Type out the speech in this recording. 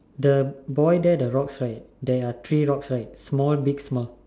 the boy there the rocks right there are three rocks right small big small